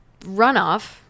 runoff